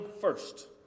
first